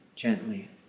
gently